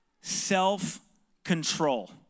Self-control